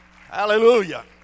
hallelujah